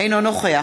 אינו נוכח